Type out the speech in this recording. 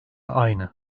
aynı